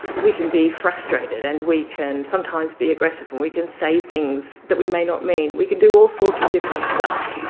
we can be frustrated and we can sometimes be aggressive and we can say things that we may not mean. we can do all sorts of different stuff.